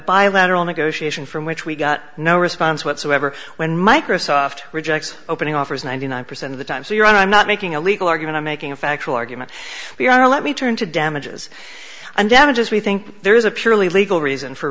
bilateral negotiation from which we got no response whatsoever when microsoft rejects opening offers ninety nine percent of the time so your honor i'm not making a legal argument i'm making a factual argument we are let me turn to damages and damages we think there is a purely legal reason for